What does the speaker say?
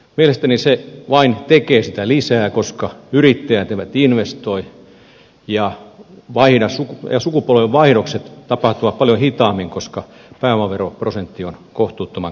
mielestäni se vain tekee sitä lisää koska yrittäjät eivät investoi ja sukupolvenvaihdokset tapahtuvat paljon hitaammin koska pääomaveroprosentti on kohtuuttoman korkea